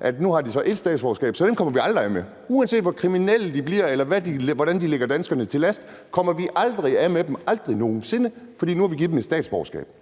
at de nu har ét statsborgerskab. Så dem kommer vi aldrig af med. Uanset hvor kriminelle de bliver eller hvordan de ligger danskerne til last, kommer vi aldrig af med dem – aldrig nogen sinde – for nu har vi givet dem et statsborgerskab.